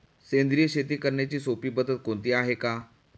सेंद्रिय शेती करण्याची सोपी पद्धत कोणती आहे का?